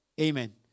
Amen